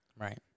Right